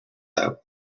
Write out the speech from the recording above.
out